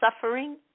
suffering